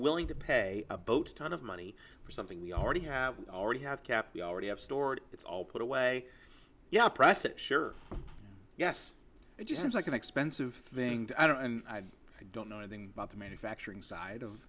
willing to pay a boat a ton of money for something we already have already have kept you already have stored it's all put away yeah price it sure yes it just seems like an expensive thing and i don't know anything about the manufacturing side of